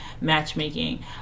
matchmaking